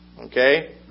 okay